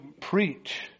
preach